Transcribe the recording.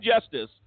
justice